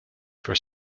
for